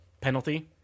penalty